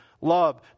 love